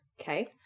Okay